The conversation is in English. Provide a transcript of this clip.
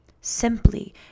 Simply